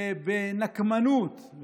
ובנקמנות,